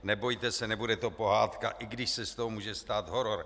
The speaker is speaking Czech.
Nebojte se, nebude to pohádka, i když se z toho může stát horor.